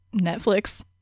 Netflix